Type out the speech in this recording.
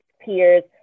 peers